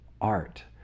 art